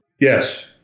Yes